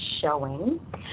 Showing